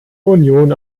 union